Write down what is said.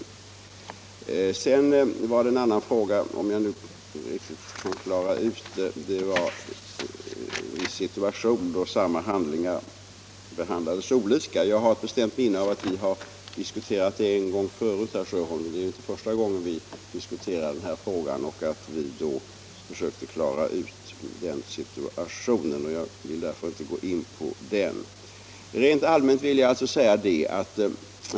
Herr Sjöholm tog upp detta med att samma handlingar behandlas olika. Jag har ett bestämt minne av att vi har diskuterat det förut — det är ju inte första gången vi diskuterar den här frågan — och att vi då försökte klara ut den situationen. Jag skall därför inte gå in på den nu.